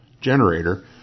generator